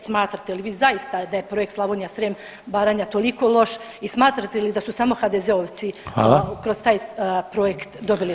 Smatrate li vi zaista da je projekt Slavonija, Srijem, Baranja toliko loš i smatrate li da su samo HDZ-ovci [[Upadica Reiner: Hvala.]] kroz taj projekt dobili novce?